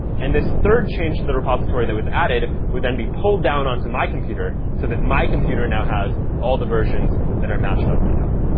and this third change to the repository that was added would then be pulled down onto my computer so that my computer now has all the versions that are matched on github.